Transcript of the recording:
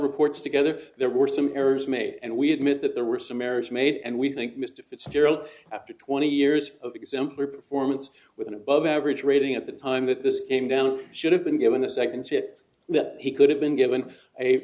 reports together there were some errors made and we had meant that there were some errors made and we think mr fitzgerald after twenty years of exemplary performance with an above average rating at the time that this came down should have been given this i can see it that he could have been given a